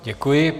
Děkuji.